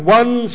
one